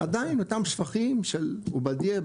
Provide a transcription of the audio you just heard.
עדיין אותם שפכים של עובדייה,